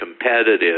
competitive